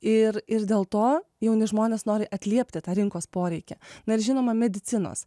ir ir dėl to jauni žmonės nori atliepti tą rinkos poreikį na ir žinoma medicinos